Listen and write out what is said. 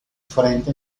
frente